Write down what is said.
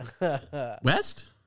West